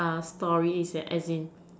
sorry that as in